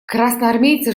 красноармейцы